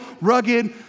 rugged